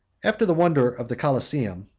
after the wonder of the coliseum,